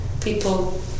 People